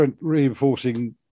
reinforcing